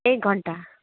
एक घन्टा